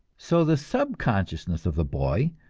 so the subconsciousness of the boy,